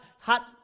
hot